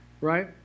right